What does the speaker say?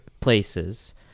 places